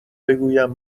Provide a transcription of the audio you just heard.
بگویم